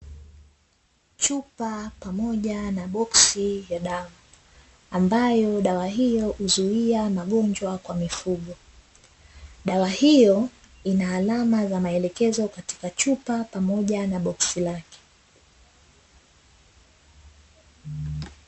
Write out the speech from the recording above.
Chupa pamoja na boksi ya dawa, ambayo dawa hiyo huzuia magonjwa kwa mifugo. Dawa hiyo ina alama za maelekezo katika chupa pamoja na boksi lake.